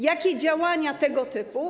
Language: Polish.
Jakie działania tego typu.